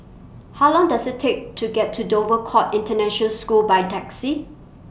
How Long Does IT Take to get to Dover Court International School By Taxi